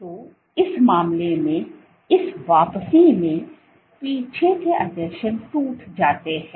तो इस मामले में इस वापसी में पीछे के आसंजन टूट जाते हैं